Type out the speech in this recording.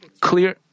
clear